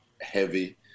heavy